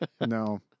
no